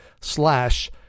slash